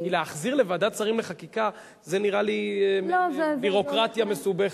כי להחזיר לוועדת שרים לחקיקה זה נראה לי ביורוקרטיה מסובכת.